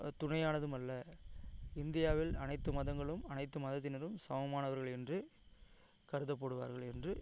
துணையானதும் அல்ல இந்தியாவில் அனைத்து மதங்களும் அனைத்து மதத்தினரும் சமமானவர்கள் என்று கருதப்படுவார்கள் என்று